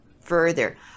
further